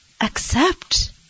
accept